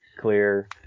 clear